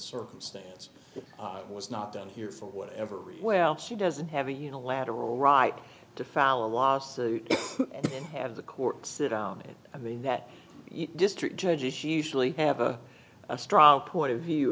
circumstance was not done here for whatever reason well she doesn't have a unilateral right to file a lawsuit and have the court sit down and i mean that district judges usually have a strong point of view